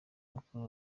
mukuru